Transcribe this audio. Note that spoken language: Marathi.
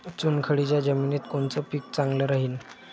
चुनखडीच्या जमिनीत कोनचं पीक चांगलं राहीन?